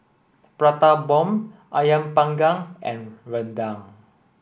Prata Bomb Ayam panggang and Rendang